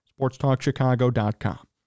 SportstalkChicago.com